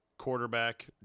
quarterback